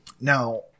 Now